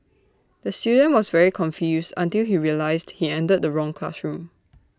the student was very confused until he realised he entered the wrong classroom